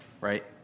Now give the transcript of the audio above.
right